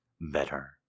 Better